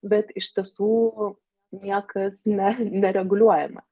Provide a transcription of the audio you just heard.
bet iš tiesų niekas ne nereguliuojama